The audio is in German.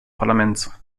parlaments